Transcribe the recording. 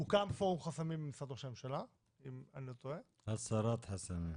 הוקם פורום חסמים במשרד ראש הממשלה אם אני לא טועה -- הסרת חסמים.